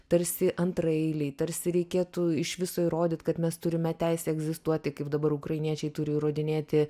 tarsi antraeiliai tarsi reikėtų iš viso įrodyt kad mes turime teisę egzistuoti kaip dabar ukrainiečiai turi įrodinėti